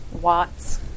Watts